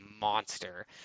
monster